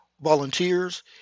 volunteers